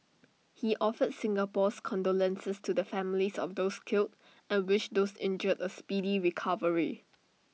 he offered Singapore's condolences to the families of those killed and wished those injured A speedy recovery